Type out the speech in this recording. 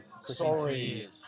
Sorry